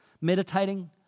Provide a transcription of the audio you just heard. meditating